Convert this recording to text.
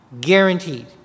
Guaranteed